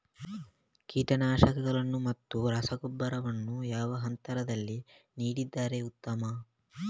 ಕೀಟನಾಶಕಗಳನ್ನು ಮತ್ತು ರಸಗೊಬ್ಬರವನ್ನು ಯಾವ ಹಂತದಲ್ಲಿ ನೀಡಿದರೆ ಉತ್ತಮ?